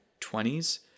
20s